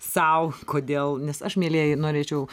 sau kodėl nes aš mielieji norėčiau